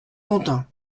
quentin